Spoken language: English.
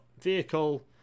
vehicle